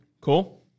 Cool